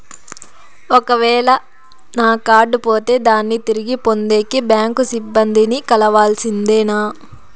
ఒక వేల నా కార్డు పోతే దాన్ని తిరిగి పొందేకి, బ్యాంకు సిబ్బంది ని కలవాల్సిందేనా?